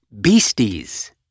beasties